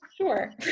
sure